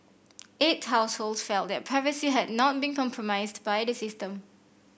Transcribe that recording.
eight households felt their privacy had not been compromised by the system